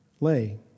lay